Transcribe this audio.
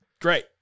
great